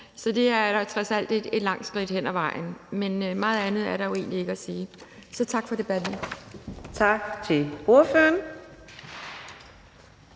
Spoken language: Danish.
Så det er da trods alt et langt skridt hen ad vejen. Men meget andet er der jo egentlig ikke at sige. Så tak for debatten. Kl.